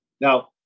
Now